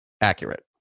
accurate